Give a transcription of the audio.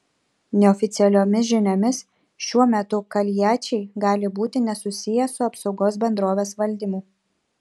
neoficialiomis žiniomis šiuo metu kaliačiai gali būti nesusiję su apsaugos bendrovės valdymu